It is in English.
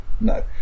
No